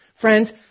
Friends